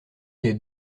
des